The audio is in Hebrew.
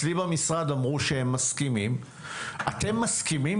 אצלי במשרד שהם מסכימים אתם מסכימים,